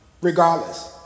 regardless